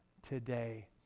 Today